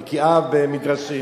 את בקיאה במדרשים,